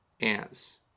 ants